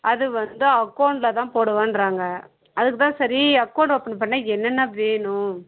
அது வந்து அக்கௌண்ட்டில் தான் போடு வேண்ங்றாங்க அதுக்கு தான் சரி அக்கௌண்ட் ஓப்பன் பண்ண என்னென்ன வேணும்